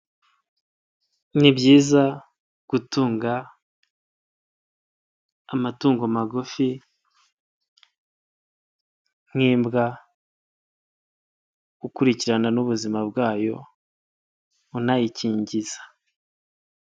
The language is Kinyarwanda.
Ni byiza gutunga amatungo magufi nk'imbwa gukurikirana n'ubuzima bwayo unayikingiza.